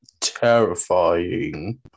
terrifying